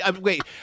Wait